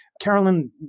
Carolyn